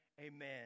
Amen